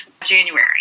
January